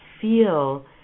feel